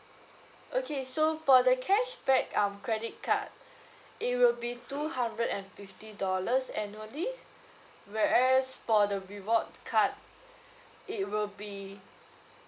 okay so for the cashback um credit card it will be two hundred and fifty dollars annually whereas for the reward card it will be